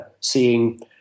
seeing